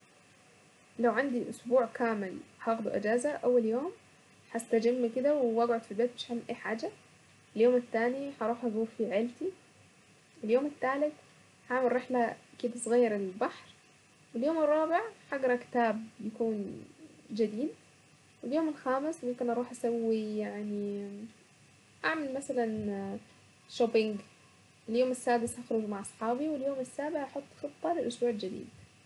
لو عندي اسبوع كامل هاخده اجازة اول يوم هاستجم كده واقعد في البيت مش هعمل أي حاجة اريح حاجة اليوم التاني هروح ازور فيه عيلتي اليوم التالت هاعمل رحلة كدا صغيرة للبحر واليوم الرابع اقرا كتاب يكون جديد اليوم الخامس ممكن اروح اسوي شوبينج يعني اعمل مثلا اليوم السادس هخرج مع اصحابي واليوم السابع احط خطة الاسبوع الجديد.